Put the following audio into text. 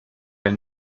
ein